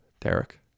Derek